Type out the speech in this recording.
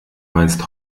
meinst